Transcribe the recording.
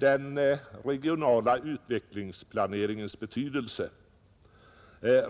den regionala utvecklingsplaneringens betydelse.